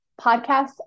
podcasts